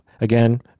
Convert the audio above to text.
again